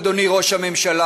אדוני ראש הממשלה,